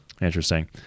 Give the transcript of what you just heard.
Interesting